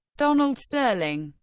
donald sterling,